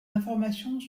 informations